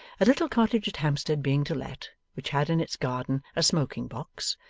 a little cottage at hampstead being to let, which had in its garden a smoking-box,